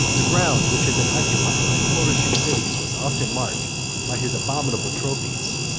the ground which had been occupied by flourishing cities was often marked by his abominable trophies,